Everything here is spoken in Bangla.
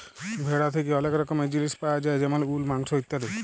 ভেড়া থ্যাকে ওলেক রকমের জিলিস পায়া যায় যেমল উল, মাংস ইত্যাদি